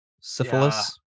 syphilis